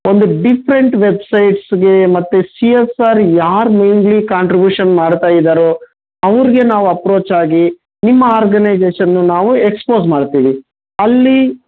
ಒಂದು ಡಿಫ್ರೆಂಟ್ ವೆಬ್ಸೈಟ್ಸ್ಗೆ ಮತ್ತು ಸಿ ಎಸ್ ಆರ್ ಯಾರು ಮೇಯ್ನ್ಲಿ ಕಾಂಟ್ರಿಬ್ಯುಷನ್ ಮಾಡ್ತಾ ಇದ್ದಾರೊ ಅವ್ರಿಗೆ ನಾವು ಅಪ್ರೋಚಾಗಿ ನಿಮ್ಮ ಆರ್ಗನೈಜೇಷನ್ನು ನಾವು ಎಕ್ಸ್ಪೋಸ್ ಮಾಡ್ತೀವಿ ಅಲ್ಲಿ